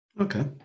Okay